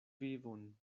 vivon